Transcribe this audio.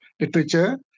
literature